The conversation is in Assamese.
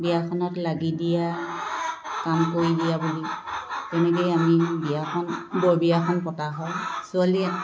বিয়াখনত লাগি দিয়া কাম কৰি দিয়া বুলি তেনেকৈয়ে আমি বিয়াখন বৰ বিয়াখন পতা হয় ছোৱালী